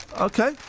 Okay